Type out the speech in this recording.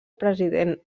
president